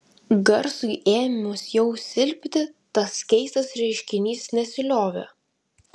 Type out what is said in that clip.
garsui ėmus jau silpti tas keistas reiškinys nesiliovė